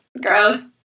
gross